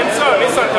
אין צורך, ניסן.